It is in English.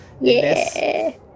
Yes